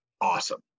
awesome